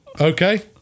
okay